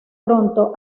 pronto